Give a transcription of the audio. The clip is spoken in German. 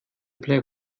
player